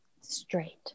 straight